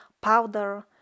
powder